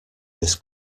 this